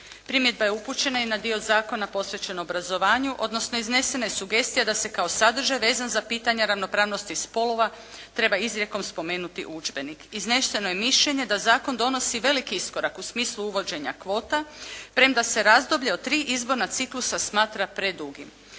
Primjedba je upućena i na dio zakona posvećen obrazovanju, odnosno iznesena je sugestija da se kao sadržaj vezan za pitanja ravnopravnosti spolova treba izrijekom spomenuti udžbenik. Izneseno je mišljenje da zakon donosi velik iskorak u smislu uvođenja kvota premda se razdoblje od 3 izborna ciklusa smatra predugim.